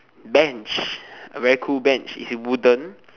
bench a very cool bench is wooden